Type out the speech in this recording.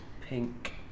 pink